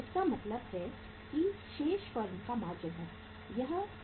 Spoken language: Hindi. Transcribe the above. इसका मतलब है कि शेष फर्म का मार्जिन है